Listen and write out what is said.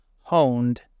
honed